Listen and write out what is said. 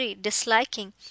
disliking